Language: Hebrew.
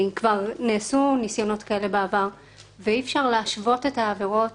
להשוות את העבירות